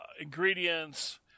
ingredients